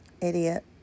idiot